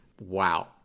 wow